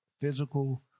physical